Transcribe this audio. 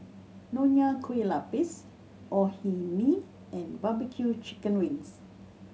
Nonya Kueh Lapis Orh Nee and B B Q chicken wings